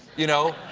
you know.